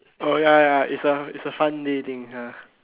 oh ya ya ya is a is a fun day thing ha